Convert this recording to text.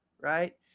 Right